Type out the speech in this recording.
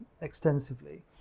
extensively